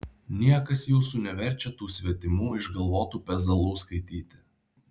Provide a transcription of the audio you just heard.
niekas jūsų neverčia tų svetimų išgalvotų pezalų skaityti